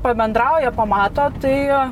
pabendrauja pamato tai